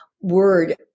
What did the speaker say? word